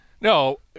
No